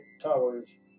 towers